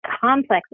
complex